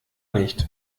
nicht